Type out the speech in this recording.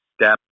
step